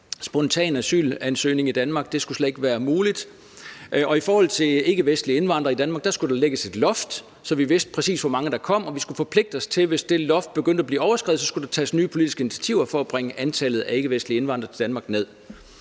spontant asyl i Danmark. I forhold til ikkevestlig indvandring i Danmark skulle der lægges et loft, så vi vidste, præcis hvor mange der kom, og vi skulle forpligte os til, hvis det loft blev nået, at tage nye politiske initiativer for at bringe antallet af ikkevestlige indvandrere til Danmark ned.